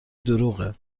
دروغه